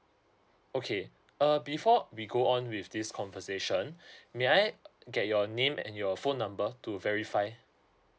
okay uh before we go on with this conversation may I get your name and your phone number to verify